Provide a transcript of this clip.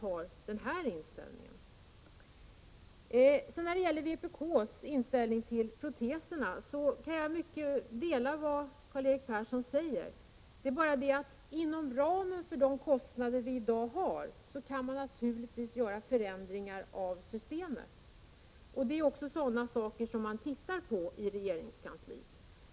När det sedan gäller vpk:s inställning till proteserna kan jag ansluta mig till mycket av det som Karl-Erik Persson säger. Inom ramen för de kostnader som vi i dag har kan naturligtvis förändringar i systemet göras, och det är också sådant som man studerar i regeringskansliet.